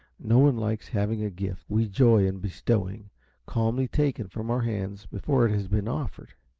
no one likes having a gift we joy in bestowing calmly taken from our hands before it has been offered.